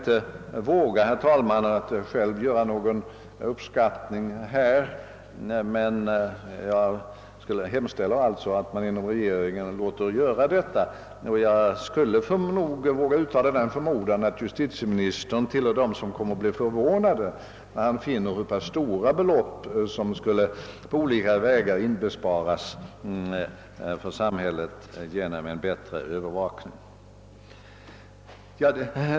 Jag skall inte, herr talman, själv våga mig på någon uppskattning, men jag hemställer alltså att man inom rege ringen låter göra en sådan uppskattning. Jag vågar uttala en förmodan att justitieministern tillhör dem som kommer att bli förvånade när han finner hur stora de belopp är som på olika vägar skulle inbesparas för samhället genom större resurser åt polisväsendet.